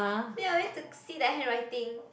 ya I need to see the handwriting